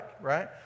right